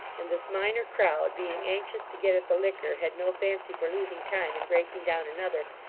and this minor crowd, being anxious to get at the liquor, had no fancy for losing time in breaking down another,